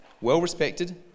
well-respected